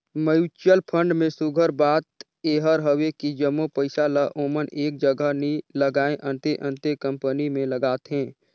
mutual fund में सुग्घर बात एहर हवे कि जम्मो पइसा ल ओमन एक जगहा नी लगाएं, अन्ते अन्ते कंपनी में लगाथें